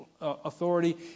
authority